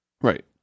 Right